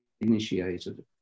initiated